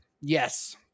yes